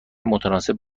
متناسب